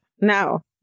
No